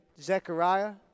Zechariah